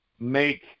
make